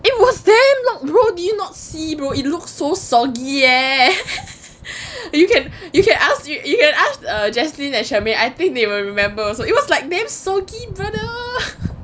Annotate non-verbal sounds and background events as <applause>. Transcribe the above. it was damn long bro did you not see bro it looked so soggy eh <laughs> you can you can ask you ask err jaslyn and charmaine I think they'll remember also it was like damn soggy brother